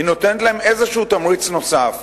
היא נותנת להם איזה תמריץ נוסף.